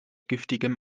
giftigem